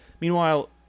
Meanwhile